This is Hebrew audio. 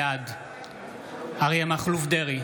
בעד אריה מכלוף דרעי,